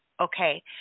Okay